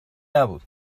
نبود